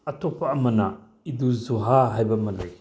ꯑꯇꯣꯞꯄ ꯑꯃꯅ ꯏꯗꯨꯜ ꯖꯨꯍꯥ ꯍꯥꯏꯕ ꯑꯃ ꯂꯩ